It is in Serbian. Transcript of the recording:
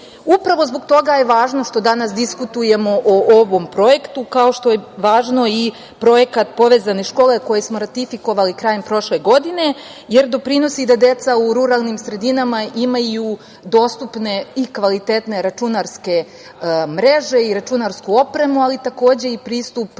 zbog toga je važno što danas diskutujemo o ovom projektu, kao što je važno i Projekat „Povezane škole“, koji smo ratifikovali krajem prošle godine, jer doprinosi da deca u ruralnim sredinama imaju dostupne i kvalitetne računarske mreže i računarsku opremu, ali takođe i pristup